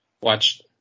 watch